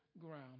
ground